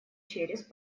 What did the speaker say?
через